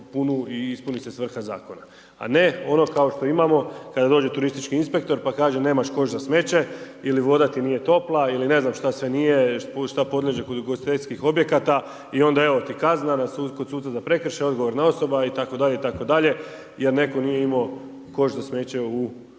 punu i ispuni se svrha zakona, a ne ono kao što imamo kada dođe turistički inspektor pa kaže – nemaš koš za smeće ili voda ti nije topla, ili ne znam što sve nije što podliježe kod ugostiteljskih objekata – i onda evo ti kazna, kod suca za prekršaje odgovorna osoba itd. jer netko nije imao koš za smeće posebno